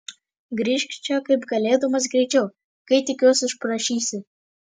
grįžk čia kaip galėdamas greičiau kai tik juos išprašysi